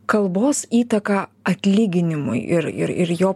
kalbos įtaką atlyginimui ir ir jo